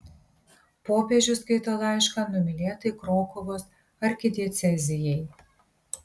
popiežius skaito laišką numylėtai krokuvos arkidiecezijai